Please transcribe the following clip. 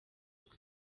kuko